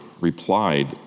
replied